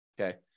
Okay